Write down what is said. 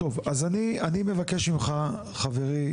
אז אני מבקש ממך חברי,